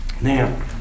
now